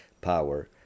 power